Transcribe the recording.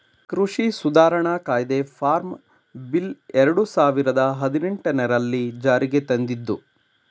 ಕೃಷಿ ಸುಧಾರಣಾ ಕಾಯ್ದೆ ಫಾರ್ಮ್ ಬಿಲ್ ಎರಡು ಸಾವಿರದ ಹದಿನೆಟನೆರಲ್ಲಿ ಜಾರಿಗೆ ತಂದಿದ್ದು